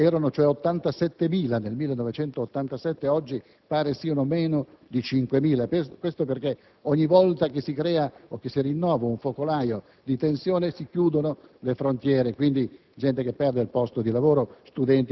erano 87.000 nel 1987, oggi pare siano meno di 5.000. Questo perché, ogni volta che si crea o si rinnova un focolaio di tensione, si chiudono le frontiere, quindi vi è gente che perde il posto di lavoro e